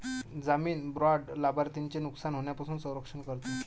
जामीन बाँड लाभार्थ्याचे नुकसान होण्यापासून संरक्षण करते